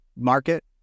market